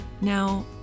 Now